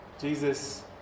Jesus